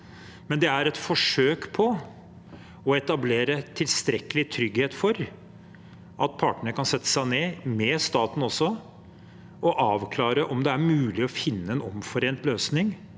291 Det er et forsøk på å etablere tilstrekkelig trygghet for at partene kan sette seg ned, også med staten, og avklare om det er mulig å finne en omforent løsning